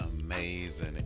amazing